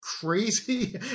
crazy